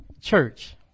church